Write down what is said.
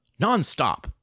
nonstop